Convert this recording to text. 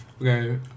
Okay